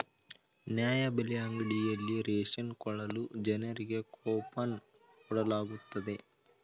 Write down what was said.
ನ್ಯಾಯಬೆಲೆ ಅಂಗಡಿಯಲ್ಲಿ ರೇಷನ್ ಕೊಳ್ಳಲು ಜನರಿಗೆ ಕೋಪನ್ ಕೊಡಲಾಗುತ್ತದೆ